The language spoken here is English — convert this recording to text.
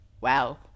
Wow